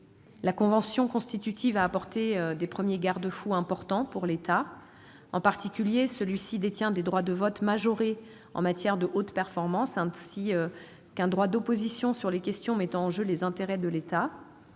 La convention constitutive a apporté les premiers garde-fous importants pour l'État. En particulier, celui-ci détient des droits de vote majorés en matière de haute performance, ainsi qu'un droit d'opposition sur les questions mettant en jeu ses intérêts. Par